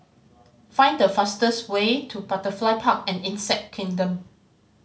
find the fastest way to Butterfly Park and Insect Kingdom